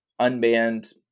unbanned